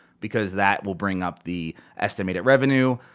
because that will bring up the estimated revenue.